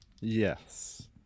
Yes